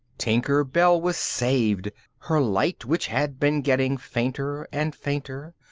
tinker bell was saved her light, which had been getting fainter and fainter,